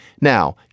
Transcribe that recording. Now